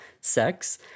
sex